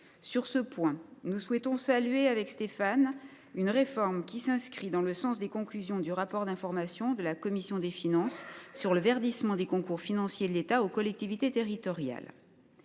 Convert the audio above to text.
et moi même souhaitons saluer une réforme qui s’inscrit dans le sens des conclusions du rapport d’information de la commission des finances sur le verdissement des concours financiers de l’État aux collectivités territoriales.